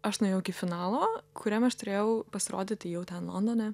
aš nuėjau iki finalo kuriame aš turėjau pasirodyti jau ten londone